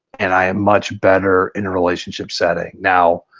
and i am much better in a relationship setting. now,